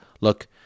Look